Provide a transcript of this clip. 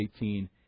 18